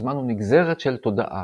הזמן הוא נגזרת של תודעה,